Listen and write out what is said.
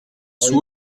sous